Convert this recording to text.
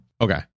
Okay